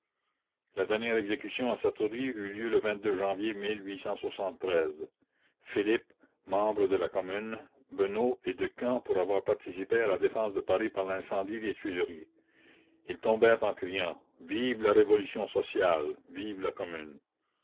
la dernière exécution à satory eut lieu le janvier il membre de la commune benot et decamps pour avoir participé à la défense de paris par l'incendie des tuileries la commune ils tombèrent en criant vive la révolution sociale vive la commune